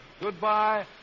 goodbye